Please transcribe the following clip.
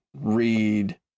read